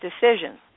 decisions